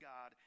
God